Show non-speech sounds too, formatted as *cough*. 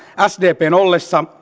sdpn ollessa *unintelligible*